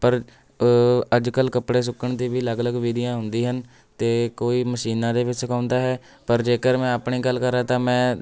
ਪਰ ਅੱਜ ਕੱਲ੍ਹ ਕੱਪੜੇ ਸੁੱਕਣ ਦੀ ਵੀ ਅਲੱਗ ਅਲੱਗ ਵਿਧੀਆਂ ਹੁੰਦੀ ਹਨ ਅਤੇ ਕੋਈ ਮਸ਼ੀਨਾਂ ਦੇ ਵਿੱਚ ਸੁਕਾਉਂਦਾ ਹੈ ਪਰ ਜੇਕਰ ਮੈਂ ਆਪਣੀ ਗੱਲ ਕਰਾਂ ਤਾਂ ਮੈਂ